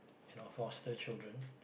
you know foster children